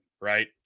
right